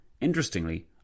Interestingly